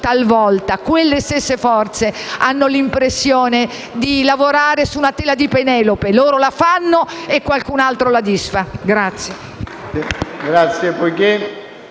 talvolta quelle stesse forze abbiano l'impressione di lavorare su una tela di Penelope: loro la fanno e qualcun altro la disfa.